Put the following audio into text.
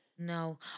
No